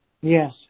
Yes